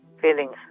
feelings